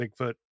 Bigfoot